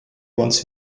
wants